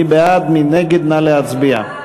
מי בעד, מי נגד, נא להצביע.